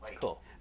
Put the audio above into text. Cool